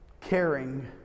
caring